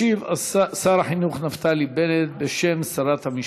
ישיב שר החינוך נפתלי בנט, בשם שרת המשפטים.